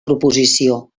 proposició